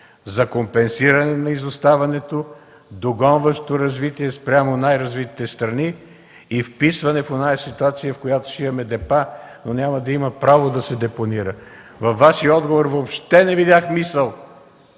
за компенсиране на изоставането, догонващо развитие спрямо най-развитите страни и вписване в онази ситуация, в която ще имаме депа, но няма да има право да се депонира. Във Вашия отговор въобще не видях мисъл